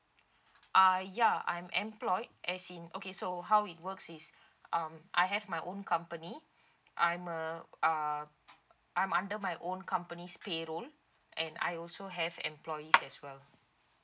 ah ya I'm employed as in okay so how it works is um I have my own company I'm uh uh I'm under my own companies pay roll and I also have employee as well